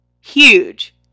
huge